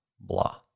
blah